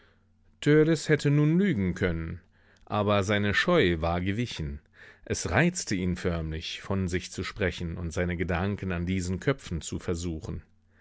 hätte nun lügen können aber seine scheu war gewichen es reizte ihn förmlich von sich zu sprechen und seine gedanken an diesen köpfen zu versuchen